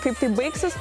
kaip tai baigsis